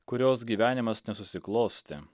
kurios gyvenimas nesusiklostė